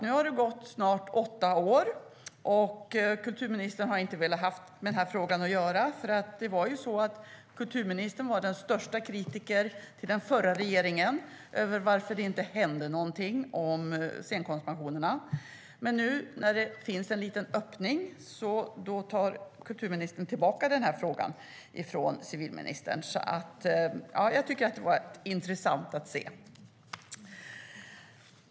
Nu har det gått snart åtta år, och kulturministern har inte velat ha med den här frågan att göra under den tiden. Hon var den förra regeringens största kritiker gällande att det inte hände någonting med scenkonstpensionerna, men nu när det finns en liten öppning vill kulturministern ha tillbaka frågan från civilministern. Kan det vara så? Jag tycker att det vore intressant att få veta.